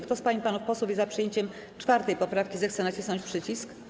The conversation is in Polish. Kto z pań i panów posłów jest za przyjęciem 4. poprawki, zechce nacisnąć przycisk.